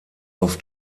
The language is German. auf